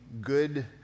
good